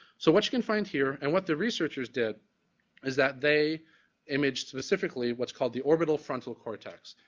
so, what you can find here and what the researchers did is that they imaged specifically what's called the orbital frontal cortex,